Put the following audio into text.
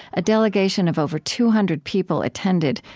a delegation of over two hundred people attended,